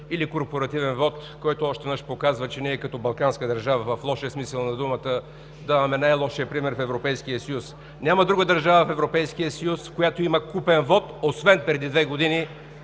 или корпоративен вот, което още веднъж показва, че ние като балканска държава, в лошия смисъл на думата, даваме най-лошия пример в Европейския съюз. Няма друга държава в Европейския съюз, в която има купен вот, освен преди две години